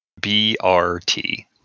B-R-T